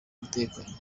umutekano